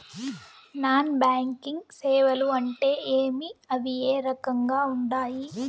non banking సేవలు అంటే ఏమి అవి ఏ రకంగా ఉండాయి